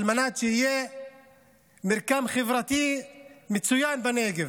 על מנת שיהיה מרקם חברתי מצוין בנגב,